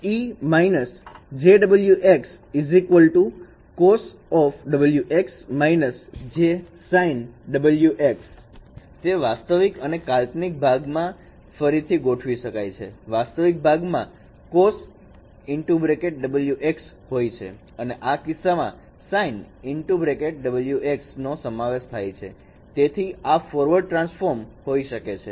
e−jωx cosωx − jsinωx તે વાસ્તવિક અને કાલ્પનિક ભાગમાં ફરીથી ગોઠવી શકાય છે વાસ્તવિક ભાગમાં cos હોય છે અને આ કિસ્સામાં sin નો સમાવેશ થાય છે તેથી આ ફોરવર્ડ ટ્રાન્સફોર્મ હોઈ શકે છે